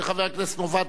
של חבר הכנסת מופז,